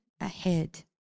ahead